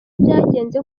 byagenze